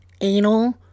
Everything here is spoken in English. anal